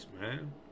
man